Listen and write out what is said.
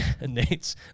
Nate's